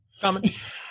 Comment